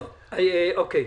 טוב, אוקיי.